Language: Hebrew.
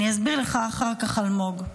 אני אסביר לך אחר כך, אלמוג.